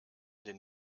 den